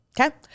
okay